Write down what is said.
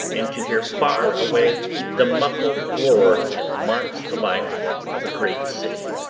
and to hear far away the muffled roar that marks the life of a great city.